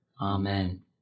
Amen